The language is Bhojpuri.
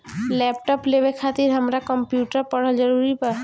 लैपटाप लेवे खातिर हमरा कम्प्युटर पढ़ल जरूरी बा?